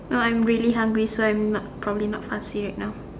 no I'm really hungry so I'm not probably not fussy right now